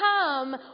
Come